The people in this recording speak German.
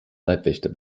leibwächter